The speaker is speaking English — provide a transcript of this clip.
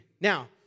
Now